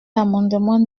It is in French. l’amendement